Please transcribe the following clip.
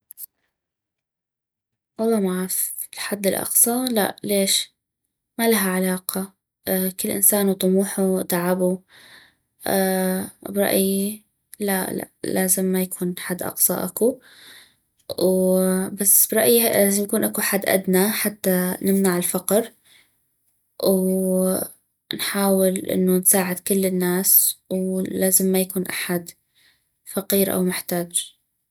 والله معغف الحد الاقصى لا ليش ما لها علاقة كل انسان وطموحو وتعابو برايي لا لازم ما يكون حد اقصى اكو و برايي لازم يكون اكو حد ادنى حتى نمنع الفقر ونحاول انو نساعد كل الناس ولازم ما يكون احد فقير او محتاج